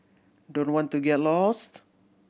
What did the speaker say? don't want to get lost